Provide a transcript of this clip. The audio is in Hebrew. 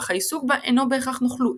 אך העיסוק בה אינו בהכרח נוכלות.